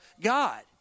God